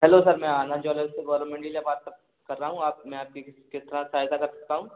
hello sir मैं Anand jewellers से गौरव मंजिले बात कर रहा हूँ आप मैं आपकी किस किस तरह से सहायता कर सकता हूँ